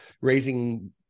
raising